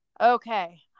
okay